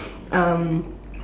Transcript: um